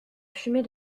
fumée